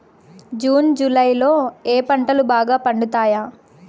June July లో ఏ పంటలు బాగా పండుతాయా?